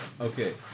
Okay